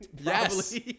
Yes